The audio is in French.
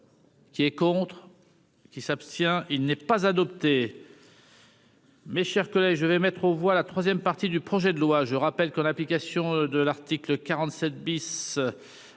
Qui est contre. Qui s'abstient, il n'est pas adopté. Mes chers collègues, je vais mettre aux voix la 3ème partie du projet de loi, je rappelle que l'application de l'article 47 bis